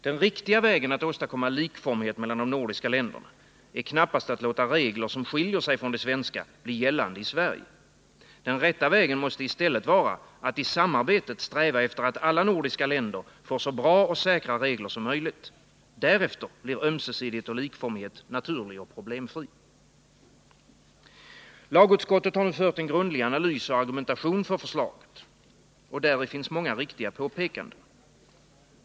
Den riktiga vägen att åstadkomma likformighet mellan de nordiska länderna är knappast att låta regler som skiljer sig från de svenska bli gällande i Sverige. Den rätta vägen måste i stället vara att i samarbetet sträva efter att alla nordiska länder får så bra och säkra regler som möjligt. Därefter blir ömsesidighet och likformighet någonting naturligt och problemfritt. Lagutskottet har grundligt analyserat och argumenterat för förslaget. I analysen och argumentationen finns också många riktiga påpekanden.